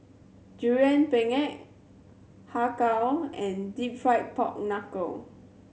Durian Pengat Har Kow and Deep Fried Pork Knuckle